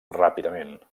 ràpidament